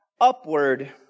upward